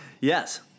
Yes